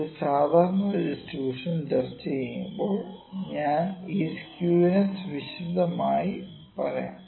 ഒരു സാധാരണ ഡിസ്ട്രിബ്യൂഷൻ ചർച്ച ചെയ്യുമ്പോൾ ഞാൻ ഈ സ്ക്യൂനെസ് വിശദമായി പറയാം